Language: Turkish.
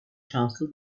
şanslı